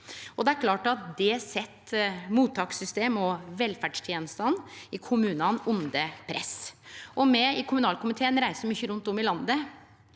Det er klart at det set mottakssystemet og velferdstenestene i kommunane under press. Me i kommunalkomiteen reiser mykje rundt om i landet.